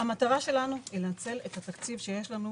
שהמטרה שלנו היא לנצל את התקציב שלנו